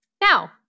Now